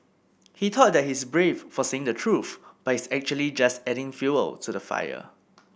he thought that he's brave for saying the truth but he's actually just adding fuel to the fire